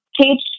teach